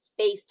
FaceTime